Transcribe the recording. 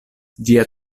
ĝia